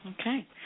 Okay